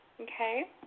Okay